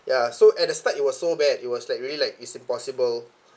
ya so at the start it was so bad it was like really like it's impossible